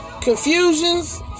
confusions